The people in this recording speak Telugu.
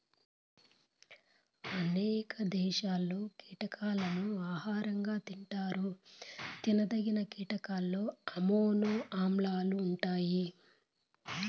అనేక దేశాలలో కీటకాలను ఆహారంగా తింటారు తినదగిన కీటకాలలో అమైనో ఆమ్లాలు ఉంటాయి